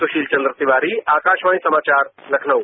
सुशील चंद्र तिवारी आकाशवाणी समाचार लखनऊ